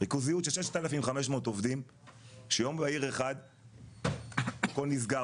ריכוזיות של 6,500 עובדים שיום בהיר אחד הכל נסגר,